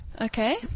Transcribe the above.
Okay